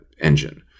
engine